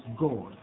God